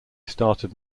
started